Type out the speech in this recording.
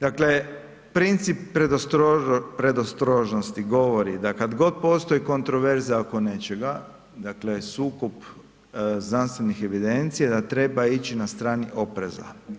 Dakle princip predostrožnosti govori da kad god postoji kontroverza oko nečega, dakle sukob znanstvenih evidencija, da treba ići na strani opreza.